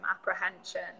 apprehension